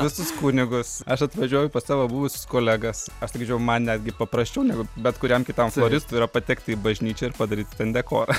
visus kunigus aš atvažiuoju pas savo buvusius kolegas aš sakyčiau man netgi paprasčiau negu bet kuriam kitam floristui yra patekti į bažnyčią ir padaryti ten dekorą